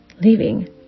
leaving